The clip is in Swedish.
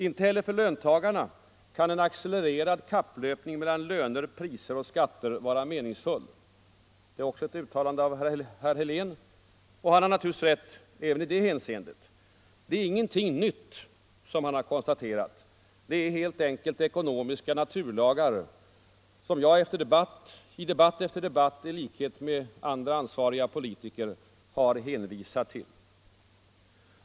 ”Inte heller för löntagarna kan en accelererad kapplöpning mellan löner, priser och skatter vara meningsfull.” Det är också ett uttalande av herr Helén. Han har naturligtvis rätt även i det hänseendet. Det är ingenting nytt som herr Helén har konstaterat. Det är helt enkelt ekonomiska naturlagar, som jag i debatt efter debatt i likhet med andra ansvariga politiker har hänvisat till.